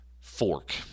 fork